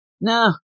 Nah